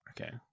Okay